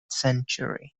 century